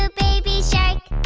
ah baby shark,